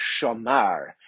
shamar